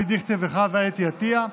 אבי דיכטר וחווה אתי עטייה,